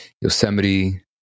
Yosemite